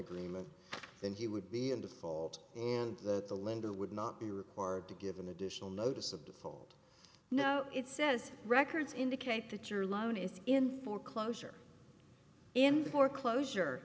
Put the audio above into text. agreement then he would be in default and that the lender would not be required to give an additional notice of default no it says records indicate that your loan is in foreclosure in the foreclosure